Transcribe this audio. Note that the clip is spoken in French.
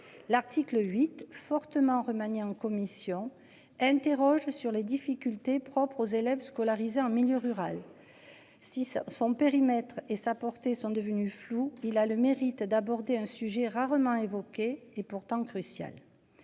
L'article 8, fortement remanié en commission interroges sur les difficultés propres aux élèves scolarisés en milieu rural. Six son périmètre et sa portée sont devenues floues, il a le mérite d'aborder un sujet rarement évoqué et pourtant cruciale.